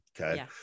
Okay